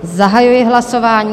Zahajuji hlasování.